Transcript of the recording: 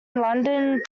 london